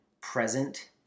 present